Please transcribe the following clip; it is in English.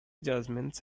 judgements